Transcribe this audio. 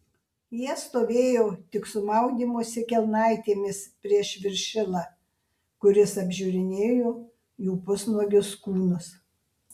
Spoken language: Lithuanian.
jie stovėjo tik su maudymosi kelnaitėmis prieš viršilą kuris apžiūrinėjo jų pusnuogius kūnus